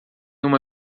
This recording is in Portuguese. uma